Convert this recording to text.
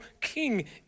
king